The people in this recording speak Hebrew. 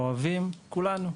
אוהבים כולנו.